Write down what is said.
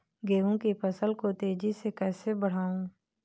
गेहूँ की फसल को तेजी से कैसे बढ़ाऊँ?